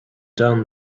down